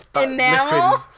Enamel